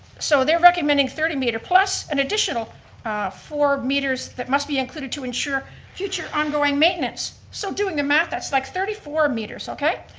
so they're recommending thirty meter plus an additional four meters that must be included to ensure future ongoing maintenance, so doing the math, that's like thirty four meters, okay?